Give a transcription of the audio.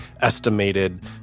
estimated